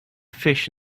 fish